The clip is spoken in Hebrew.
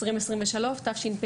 זה שבשנת 2023,